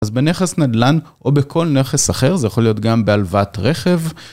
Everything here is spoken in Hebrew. אז בנכס נדל"ן, או בכל נכס אחר, זה יכול להיות גם בהלוואת רכב.